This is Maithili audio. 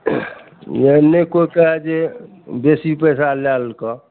एहन नहि केओ कहए जे बेसी पैसा लए लेलकऽ